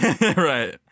Right